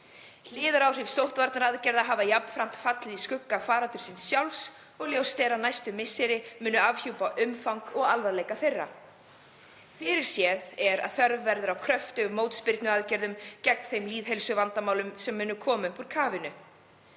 Hliðaráhrif sóttvarnaaðgerða hafa jafnframt fallið í skugga af faraldrinum sjálfum og ljóst er að næstu misseri munu afhjúpa umfang og alvarleika þeirra. Fyrirséð er að þörf verður á kröftugum mótspyrnuaðgerðum gegn þeim lýðheilsuvandamálum sem koma munu upp úr kafinu.